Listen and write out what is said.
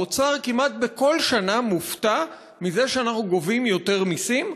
האוצר מופתע כמעט בכל שנה מזה שאנחנו גובים יותר מסים,